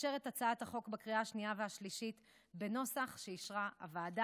ולאשר את הצעת החוק בקריאה השנייה והשלישית בנוסח שאישרה הוועדה.